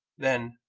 then,